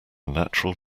natural